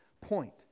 point